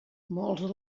molts